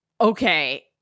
Okay